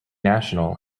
national